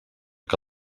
que